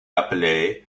appelé